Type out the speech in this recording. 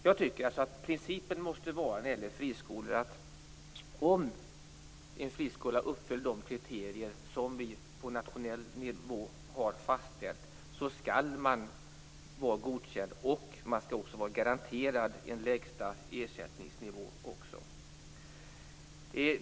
Jag tycker alltså att principen måste vara att om en friskola uppfyller de kriterier som vi på nationell nivå har fastställt skall den vara godkänd och också vara garanterad en lägsta ersättningsnivå.